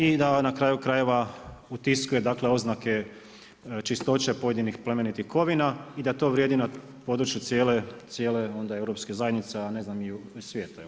I da na kraju krajeva utiskuje dakle oznake čistoće pojedinih plemenitih kovina i da to vrijedi na području onda europske zajednice, ne znam i u svijetu.